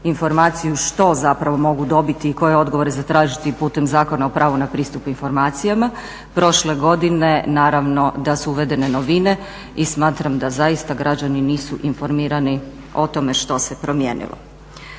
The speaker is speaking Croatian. informaciju što zapravo mogu dobiti i koje odgovore zatražiti putem Zakona o pravu na pristup informacijama prošle godine naravno da su uvedene novine. I smatram da zaista građani nisu informirani o tome što se promijenilo.